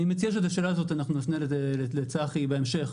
אני מציע שאת השאלה הזאת אנחנו נפנה לצחי בהמשך,